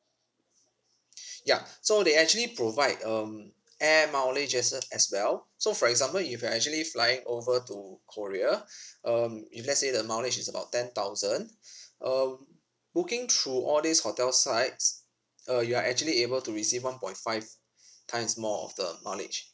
ya so they actually provide um air mileages as well so for example if you're actually flying over to korea um if let's say the mileage is about ten thousand um booking through all these hotel sites uh you are actually able to receive one point five times more of the mileage